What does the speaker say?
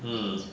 hmm